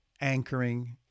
anchoring